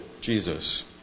Jesus